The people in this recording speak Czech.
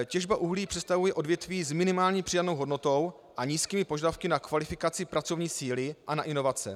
Těžba uhlí představuje odvětví s minimální přidanou hodnotou a nízkými požadavky na kvalifikaci pracovní síly a na inovace.